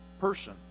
person